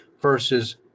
versus